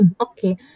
Okay